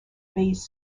bass